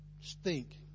stink